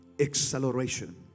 acceleration